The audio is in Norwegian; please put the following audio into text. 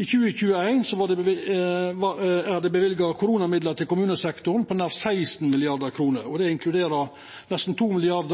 I 2021 er det løyvd koronamidlar til kommunesektoren på nær 16 mrd. kr. Dette inkluderer nesten 2 mrd.